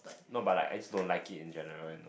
no but like I just don't like it in general